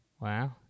Wow